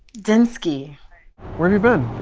dinskey where have um